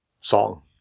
song